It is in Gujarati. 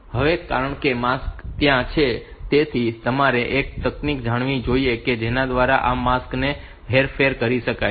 હવે કારણ કે માસ્ક ત્યાં છે તેથી તમારે એક તકનીક જાણવી જોઈએ કે જેના દ્વારા આ માસ્ક ની હેરફેર કરી શકાય